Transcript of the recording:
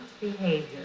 behavior